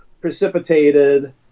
precipitated